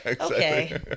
okay